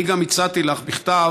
אני גם הצעתי לך בכתב